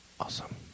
Awesome